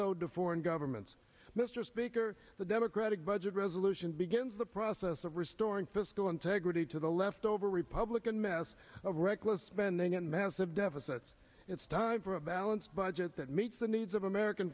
to foreign governments mr speaker the democratic budget resolution begins the process of restoring fiscal integrity to the left over republican mess of reckless spending massive deficits it's time for a balanced budget that meets the needs of american